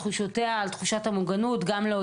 אני תכף אדבר גם על מג"ב,